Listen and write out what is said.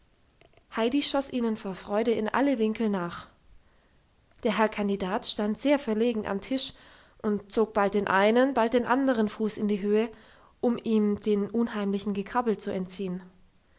heidi schoss ihnen vor freude in alle winkel nach der herr kandidat stand sehr verlegen am tisch und zog bald den einen bald den andern fuß in die höhe um ihn dem unheimlichen gekrabbel zu entziehen